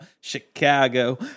Chicago